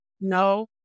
no